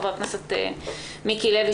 חבר הכנסת מיקי לוי,